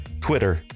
Twitter